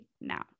now